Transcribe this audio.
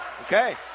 Okay